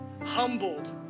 humbled